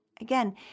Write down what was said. Again